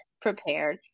prepared